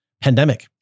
pandemic